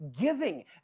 giving